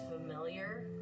familiar